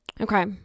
Okay